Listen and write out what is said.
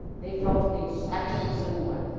they felt exactly the same way